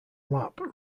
lap